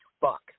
fuck